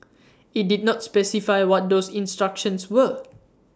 IT did not specify what those instructions were